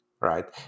right